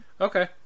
Okay